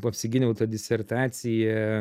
apsigyniau tą disertaciją